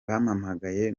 bampamagaye